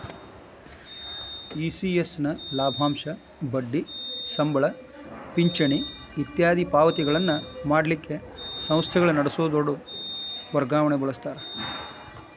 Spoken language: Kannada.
ಇ.ಸಿ.ಎಸ್ ನ ಲಾಭಾಂಶ, ಬಡ್ಡಿ, ಸಂಬಳ, ಪಿಂಚಣಿ ಇತ್ಯಾದಿ ಪಾವತಿಗಳನ್ನ ಮಾಡಲಿಕ್ಕ ಸಂಸ್ಥೆಗಳ ನಡಸೊ ದೊಡ್ ವರ್ಗಾವಣಿಗೆ ಬಳಸ್ತಾರ